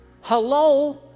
Hello